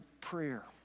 prayer